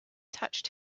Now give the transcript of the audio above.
touched